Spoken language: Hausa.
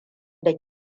da